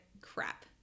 crap